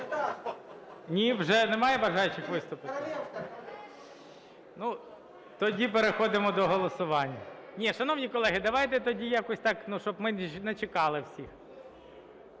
Ні, вже немає бажаючих виступити? Тоді переходимо до голосування. Ні, шановні колеги, давайте тоді якось так, щоб ми не чекали всіх.